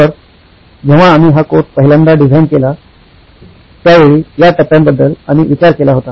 तर जेव्हा आम्ही हा कोर्स पहिल्यांदा डिझाईन केला होता त्यावेळी या टप्प्यांबद्दल आम्ही विचार केला होता